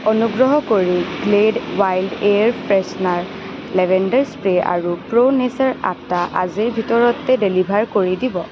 অনুগ্ৰহ কৰি Glade Wild Air Freshener Lavender Spray আৰু প্ৰ' নেচাৰ আটা আজিৰ ভিতৰতে ডেলিভাৰ কৰি দিব